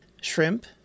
shrimp